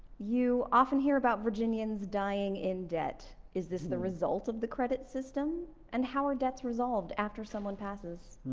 you often hear about virginians dying in debt, is this the result of the credit system and how are debts resolved after someone passes?